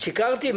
שיקרתי?